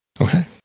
Okay